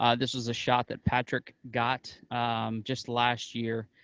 um this was a shot that patrick got just last year,